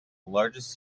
largest